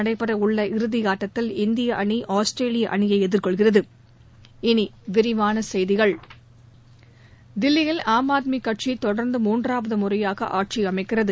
நடைபெறவுள்ள இறுதி ஆட்டத்தில் இந்திய அணி ஆஸ்திரேலிய அணியை எதிர்கொள்கிறது இனி விரிவான செய்திகள் தில்லியில் ஆம் ஆத்மி கட்சி தொடர்ந்து மூன்றாவது முறையாக ஆட்சி அமைக்கிறது